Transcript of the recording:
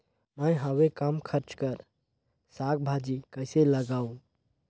मैं हवे कम खर्च कर साग भाजी कइसे लगाव?